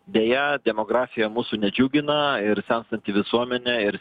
beje demografija mūsų nedžiugina ir senstanti visuomenė ir